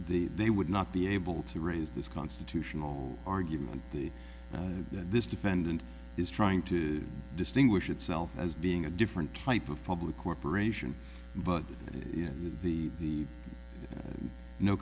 the they would not be able to raise this constitutional argument that this defendant is trying to distinguish itself as being a different type of public corporation but it is the no